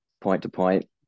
point-to-point